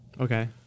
Okay